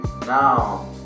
Now